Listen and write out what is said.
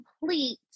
complete